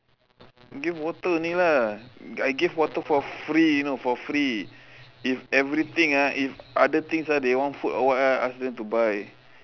give water only lah I give water for free you know for free if everything ah if other things ah they want food or what ah ask them to buy